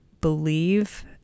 believe